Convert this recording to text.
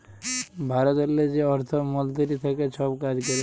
ভারতেরলে যে অর্থ মলতিরি থ্যাকে ছব কাজ ক্যরে